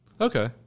Okay